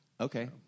Okay